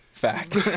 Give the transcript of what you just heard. Fact